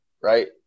right